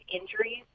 injuries